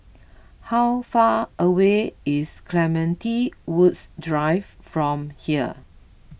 how far away is Clementi Woods Drive from here